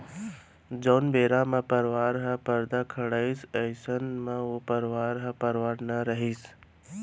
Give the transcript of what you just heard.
जउन बेरा म परवार म परदा खड़ाइस अइसन म ओ परवार ह परवार नइ रहय